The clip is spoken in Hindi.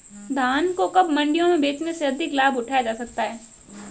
धान को कब मंडियों में बेचने से अधिक लाभ उठाया जा सकता है?